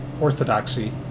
orthodoxy